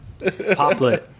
Poplet